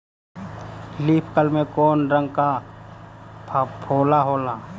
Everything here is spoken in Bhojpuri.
लीफ कल में कौने रंग का फफोला होला?